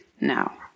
now